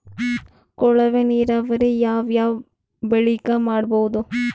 ಕೊಳವೆ ನೀರಾವರಿ ಯಾವ್ ಯಾವ್ ಬೆಳಿಗ ಮಾಡಬಹುದು?